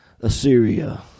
Assyria